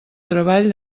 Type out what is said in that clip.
treball